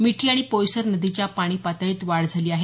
मिठी आणि पोयसर नदीच्या पाणी पातळीत वाढ झाली आहे